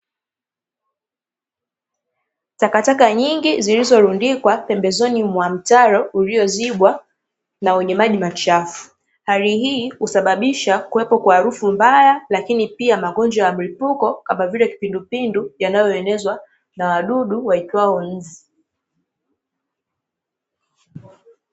Takataka nyingi zilizorundikwa pembezoni mwa mtaro uliozibwa na wenye maji machafu. Hali hii husababisha kuwepo kwa harufu mbaya, lakini pia magonjwa ya mlipuko, kama vile kipindupindu, yanayoenezwa na wadudu waitwao inzi.